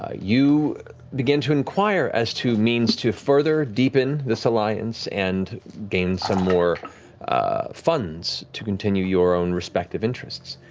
ah you begin to inquire as to means to further deepen this alliance and gain some more funds to continue your own respective interests.